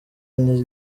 n’i